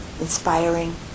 inspiring